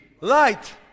light